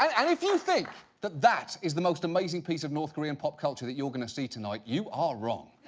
um and if you think that that is the most amazing piece of north korean pop culture that you're gonna see tonight, you are wrong.